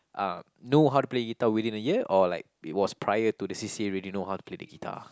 uh know how to play guitar within a year or like it was prior to the c_c_a already know how to play the guitar